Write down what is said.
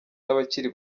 n’abakiri